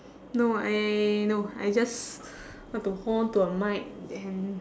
no I no I just want to hold on to a mic and